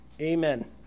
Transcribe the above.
Amen